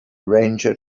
ranger